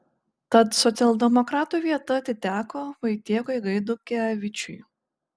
tad socialdemokratų vieta atiteko vaitiekui gaidukevičiui